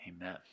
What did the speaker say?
Amen